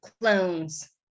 clones